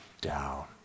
down